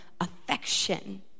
affection